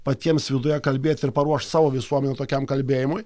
patiems viduje kalbėti ir paruošt savo visuomenę tokiam kalbėjimui